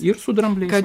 ir su drambliais